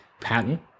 pattern